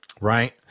right